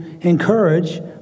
encourage